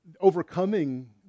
overcoming